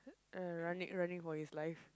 uh running running for his life